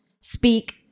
speak